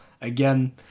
Again